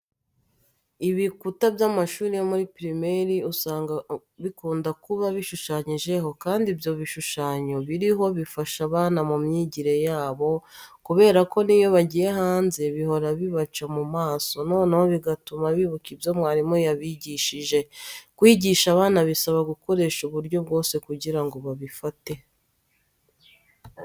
Ibikuta by'amashuri yo muri pirimeri usanga bikunda kuba bishushanyijeho kandi ibyo bishushanyo biriho bifasha abana mu myigire yabo kubera ko n'iyo bagiye hanze bihora bibaca mu maso noneho bigatuma bibuka ibyo mwarimu yabigishije. Kwigisha abana bisaba gukoresha uburyo bwose kugira ngo babifate.